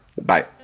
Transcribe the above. Bye